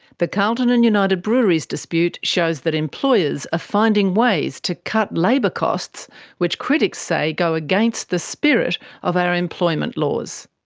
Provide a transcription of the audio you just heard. the carlton and united breweries dispute shows that employers are ah finding ways to cut labour costs which critics say go against the spirit of our employment laws.